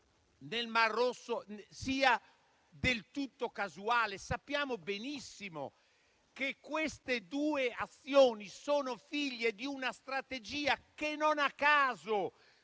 nel Mar Rosso sia del tutto casuale? Sappiamo benissimo che queste due azioni sono figlie di una strategia che non a caso